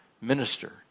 minister